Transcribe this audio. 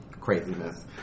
craziness